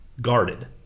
guarded